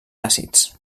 àcids